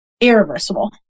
irreversible